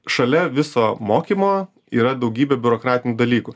šalia viso mokymo yra daugybė biurokratinių dalykų